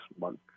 month